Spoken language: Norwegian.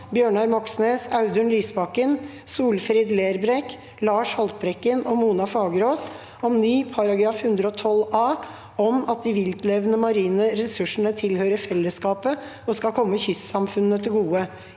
Bjørnar Moxnes, Audun Lysbakken, Solfrid Lerbrekk, Lars Haltbrekken og Mona Fagerås om ny § 112 a (om at de viltlevende marine ressursene tilhører fellesskapet og skal komme kystsamfunnene til gode)